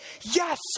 yes